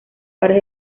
pares